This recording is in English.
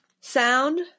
sound